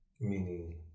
Meaning